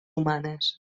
humanes